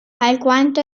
alquanto